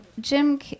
Jim